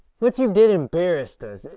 what you did embarrassed us.